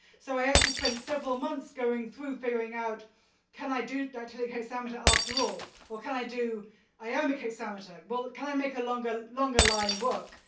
so i actually spent several months going through figuring out can i do dactylic after all or can i do iambic hexameter? but can i make a longer longer line work?